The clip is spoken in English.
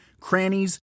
crannies